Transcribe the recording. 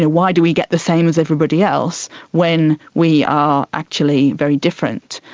ah why do we get the same as everybody else when we are actually very different?